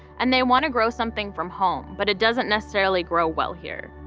and they want to grow something from home, but it doesn't necessarily grow well here.